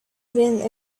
been